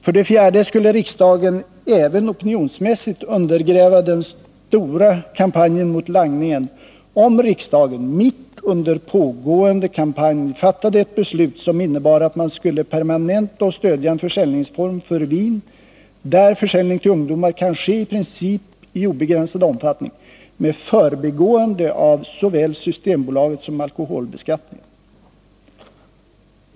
För det fjärde skulle riksdagen även opinionsmässigt undergräva den stora kampanjen mot langningen, om riksdagen mitt under pågående kampanj fattade ett beslut som innebar att man skulle permanenta och stödja en försäljningsform för vin, där försäljning till ungdomar kan ske i en i princip obegränsad omfattning, med förbigående av såväl Systembolaget som alkoholbeskattningen.